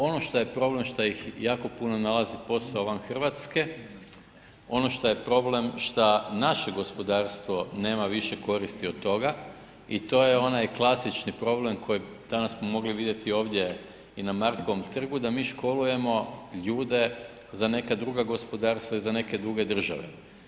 Ono šta je problem, šta ih jako puno nalazi posao van RH, ono šta je problem šta naše gospodarstvo nema više koristi od toga i to je onaj klasični problem koji, danas smo mogli vidjeti ovdje i na Markovom trgu, da mi školujemo ljude za neka druga gospodarstva i za neke druge države.